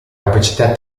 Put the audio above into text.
capacità